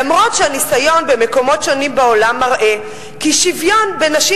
למרות שהניסיון במקומות שונים בעולם מראה כי שוויון בין נשים